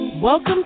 Welcome